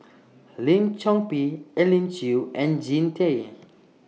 Lim Chor Pee Elim Chew and Jean Tay